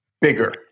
bigger